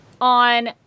on